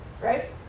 right